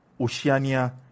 Oceania